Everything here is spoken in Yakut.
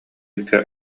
икки